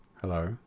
Hello